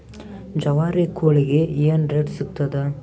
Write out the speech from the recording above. ಜವಾರಿ ಕೋಳಿಗಿ ಏನ್ ರೇಟ್ ಸಿಗ್ತದ?